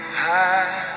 high